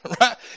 right